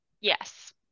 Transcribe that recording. yes